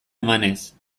emanez